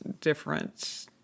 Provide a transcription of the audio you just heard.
different